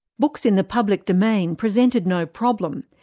books in the public domain presented no problem.